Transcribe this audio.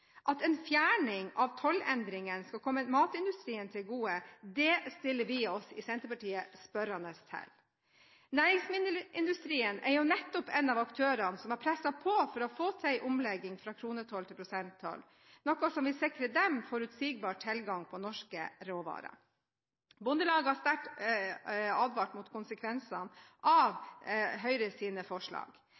At en fjerning av tollendringene skal komme matindustrien til gode, stiller vi i Senterpartiet oss spørrende til. Næringsmiddelindustrien er jo nettopp en av aktørene som har presset på for å få til en omlegging fra kronetoll til prosenttoll, noe som vil sikre dem forutsigbar tilgang på norske råvarer. Bondelaget har sterkt advart mot konsekvensene av Høyres forslag. Det er derfor på tide at Høyre